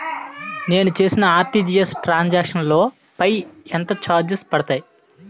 నేను చేసిన RTGS transaction లో పై ఎంత చార్జెస్ పడతాయి?